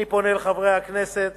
אני פונה לחברי הכנסת